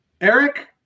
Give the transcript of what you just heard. eric